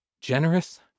Generous